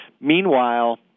Meanwhile